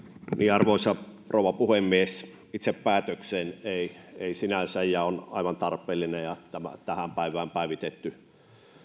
arvoisa rouva puhemies itse päätökseen ei ei sinänsä mitään se on aivan tarpeellinen ja tähän päivään päivitetty